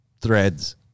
threads